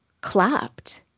clapped